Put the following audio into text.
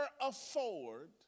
afford